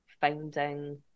finding